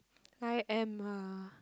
I am a